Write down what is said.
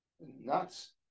Nuts